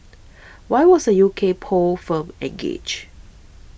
why was a U K poll firm engaged